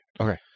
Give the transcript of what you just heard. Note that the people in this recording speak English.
Okay